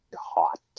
hot